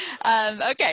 okay